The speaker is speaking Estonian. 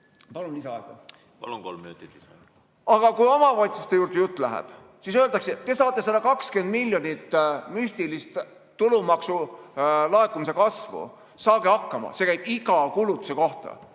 minutit lisaaega. Palun! Kolm minutit lisaaega. Aga kui jutt omavalitsustele läheb, siis öeldakse, et te saate 120 miljonit müstilist tulumaksu laekumise kasvu, saage hakkama. See käib iga kulutuse kohta.